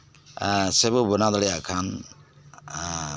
ᱥᱮᱵᱚ ᱵᱮᱱᱟᱣ ᱫᱟᱲᱮᱭᱟᱜ ᱠᱷᱟᱱ